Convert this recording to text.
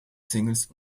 singles